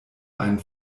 einen